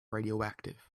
radioactive